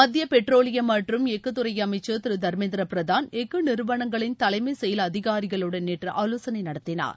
மத்தியபெட்ரோலியம் மற்றும் எஃகுத்துறைஅமைச்சர் திருதர்மேந்திரபிரதான் எஃகுநிறுவனங்களின் தலைமை செயல் அதிகாரிகளுடன் நேற்றுஆலோசனைநடத்தினார்